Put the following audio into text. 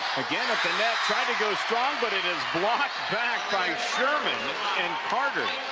again at the net, tried to go strong, but it is blocked back by sherman and carter.